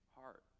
heart